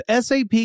SAP